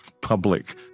public